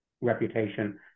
reputation